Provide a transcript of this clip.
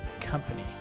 company